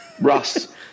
Russ